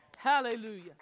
Hallelujah